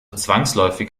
zwangsläufig